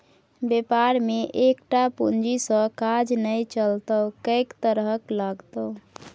बेपार मे एकटा पूंजी सँ काज नै चलतौ कैक तरहक लागतौ